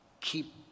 Keep